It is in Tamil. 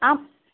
ஆ